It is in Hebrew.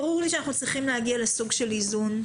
ברור לי שאנחנו צריכים להגיע לסוג של איזון,